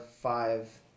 five